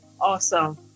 Awesome